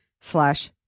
slash